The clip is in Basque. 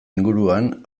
inguruan